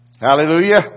Hallelujah